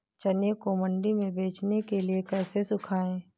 चने को मंडी में बेचने के लिए कैसे सुखाएँ?